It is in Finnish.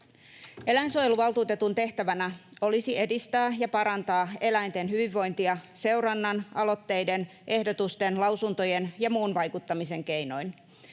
Eläinsuojeluvaltuutetun tehtävänä olisi edistää ja parantaa eläinten hyvinvointia seurannan, aloitteiden, ehdotusten, lausuntojen ja muun vaikuttamisen keinoin.